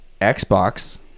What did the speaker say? Xbox